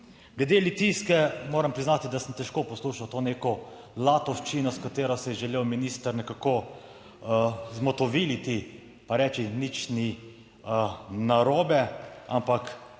Glede Litijske, moram priznati, da sem težko poslušal to neko latovščino s katero se je želel minister nekako zmotoviliti pa reči, nič ni narobe, ampak njegovo